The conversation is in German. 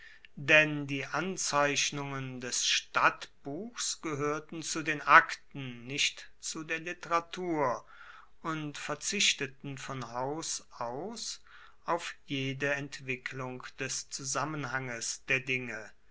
denn die anzeichnungen des stadtbuchs gehoerten zu den akten nicht zu der literatur und verzichteten von haus aus auf jede entwicklung des zusammenhanges der dinge